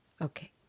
Okay